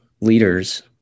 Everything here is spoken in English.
leaders